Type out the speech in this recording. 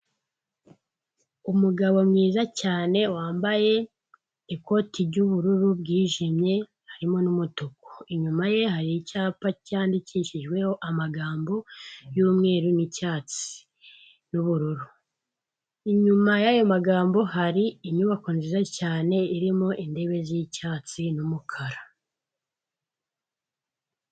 Umugabo mwiza cyane wambaye ikoti ry'ubururu bwijimye harimo n'umutuku, inyuma ye hari icyapa cyandikishijweho amagambo y'umweru n'icyatsi n'ubururu, inyuma yayo magambo hari inyubako nziza cyane irimo intebe z'icyatsi n'umukara.